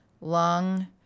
lung